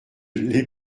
l’ai